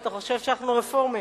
אתה חושב שאנחנו רפורמים.